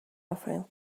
offering